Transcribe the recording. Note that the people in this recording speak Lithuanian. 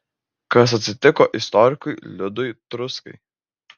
kas atsitiko istorikui liudui truskai